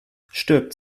stirbt